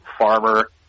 farmer